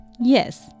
Yes